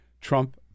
Trump